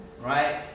right